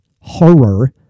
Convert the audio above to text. horror